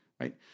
right